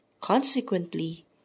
Consequently